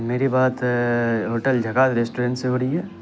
میری بات ہوٹل جھکاس ریسٹورنٹ سے ہو رہی ہے